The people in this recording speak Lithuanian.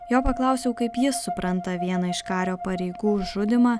jo paklausiau kaip jis supranta vieną iš kario pareigų žudymą